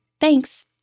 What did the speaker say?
Thanks